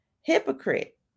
hypocrite